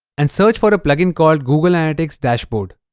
and search for a plugin called google analytics dashboard